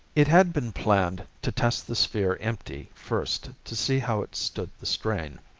it had been planned to test the sphere empty first to see how it stood the strain.